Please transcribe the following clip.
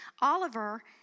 Oliver